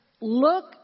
look